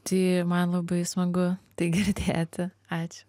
tai man labai smagu tai girdėti ačiū